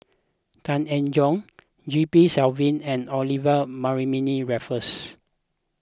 Tan Eng Joo G P Selvam and Olivia Mariamne Raffles